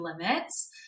Limits